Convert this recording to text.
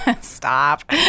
Stop